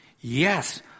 yes